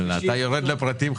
אתה יורד לפרטים.